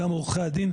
גם עורכי הדין,